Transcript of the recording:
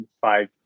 five